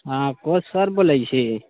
हाँ coach sir बोलै छी